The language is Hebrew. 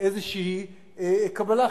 איזו קבלה חיצונית.